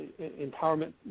empowerment